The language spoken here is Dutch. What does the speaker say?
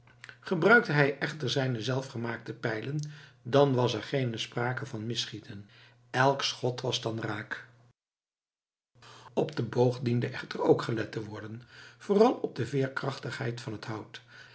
gebruikte hij echter zijne zelfgemaakte pijlen dan was er geene sprake van misschieten elk schot was dan raak op den boog diende echter ook gelet te worden vooral op de veerkrachtigheid van het hout